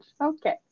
okay